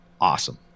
Awesome